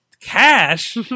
cash